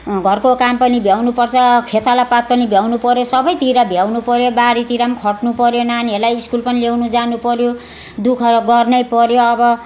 घरको काम पनि भ्याउनु पर्छ खेताला पात पनि भ्याउनु पर्यो सबतिर भ्याउनु पर्यो बारीतिर खट्नु पर्यो नानीहरूलाई स्कुल पनि ल्याउनु जानु पर्यो दुःख गर्नु पर्यो अब